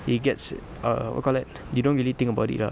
it gets err what you call that you don't really think about it lah